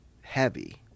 heavy